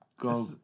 go